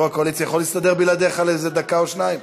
יו"ר הקואליציה יכול להסתדר בלעדיך לאיזו דקה או שתיים?